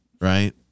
Right